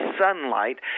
sunlight